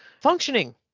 functioning